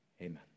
Amen